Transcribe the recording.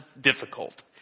difficult